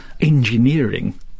engineering